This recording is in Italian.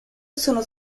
sono